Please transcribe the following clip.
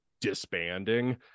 disbanding